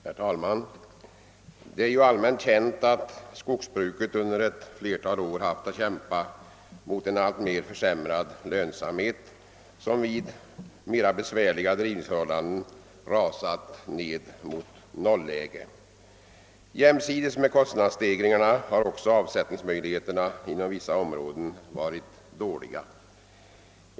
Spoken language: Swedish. Herr talman! Det är allmänt känt att skogsbruket under ett flertal år haft att kämpa mot en alltmer försämrad lönsamhet som vid besvärliga drivningsförhållanden rasat ned mot nolläge. Jämsides med kostnadsstegringarna har också avsättningsmöjligheterna inom vissa områden varit dåliga.